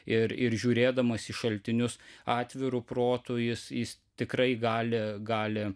ir ir žiūrėdamas į šaltinius atviru protu jis jis tikrai gali gali